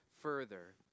further